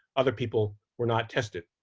other people were not tested.